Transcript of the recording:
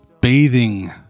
bathing